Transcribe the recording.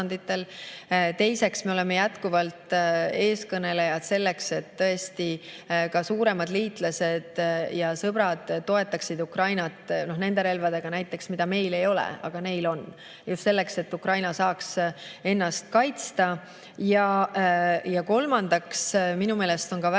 Teiseks, me oleme jätkuvalt eestkõnelejad selleks, et ka suuremad liitlased ja sõbrad toetaksid Ukrainat näiteks nende relvadega, mida meil ei ole, aga neil on. Seda just selleks, et Ukraina saaks ennast kaitsta. Ja kolmandaks, minu meelest on väga